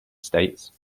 states